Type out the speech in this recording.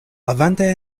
havante